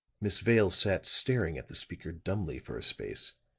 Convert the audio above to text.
miss vale sat staring at the speaker dumbly for a space